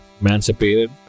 emancipated